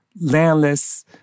landless